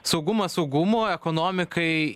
saugumas saugumu ekonomikai